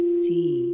see